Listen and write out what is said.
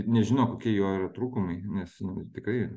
nežino kokie jo yra trūkumai nes nu tikrai